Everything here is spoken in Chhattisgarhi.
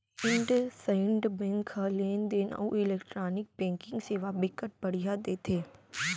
इंडसइंड बेंक ह लेन देन अउ इलेक्टानिक बैंकिंग सेवा बिकट बड़िहा देथे